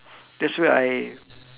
that's where I